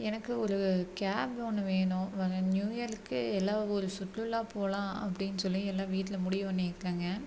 எனக்கு ஒரு கேப் ஒன்னு வேணும் வர நியூஇயருக்கு எல்லாம் ஊர் சுற்றுலா போகலாம் அப்படின்னு சொல்லி எல்லாரும் வீட்டில் முடிவு பண்ணிருக்கோங்க